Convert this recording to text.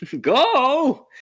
go